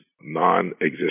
non-existent